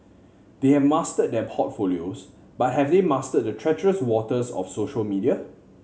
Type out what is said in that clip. they have mastered their portfolios but have they mastered the treacherous waters of social media